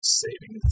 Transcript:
saving